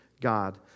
God